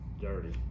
Dirty